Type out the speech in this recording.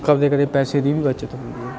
ਕਦੇ ਕਦੇ ਪੈਸੇ ਦੀ ਵੀ ਬੱਚਤ ਹੁੰਦੀ